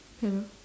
hello